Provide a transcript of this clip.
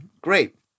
Great